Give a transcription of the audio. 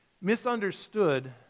misunderstood